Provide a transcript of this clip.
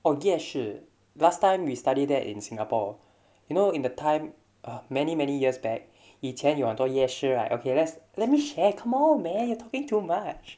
oh 夜市 last time we study that in singapore you know in the time uh many many years back 以前有很多夜市 right okay let's let me share come on man you're talking too much